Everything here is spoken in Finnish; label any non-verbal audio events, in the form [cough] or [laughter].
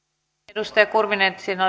edustaja kurvinen siinä [unintelligible]